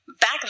Back